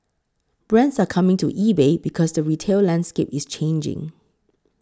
brands are coming to eBay because the retail landscape is changing